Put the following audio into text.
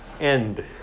end